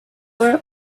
were